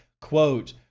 quote